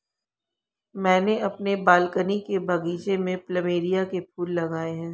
मैंने अपने बालकनी के बगीचे में प्लमेरिया के फूल लगाए हैं